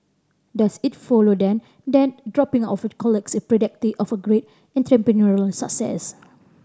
does it follow then that dropping of college is a predictor of great entrepreneurial success